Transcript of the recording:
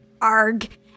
arg